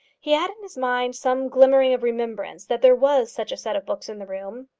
he had in his mind some glimmering of remembrance that there was such a set of books in the room.